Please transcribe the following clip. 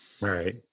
Right